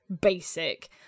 basic